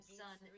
sun